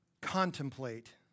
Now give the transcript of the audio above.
contemplate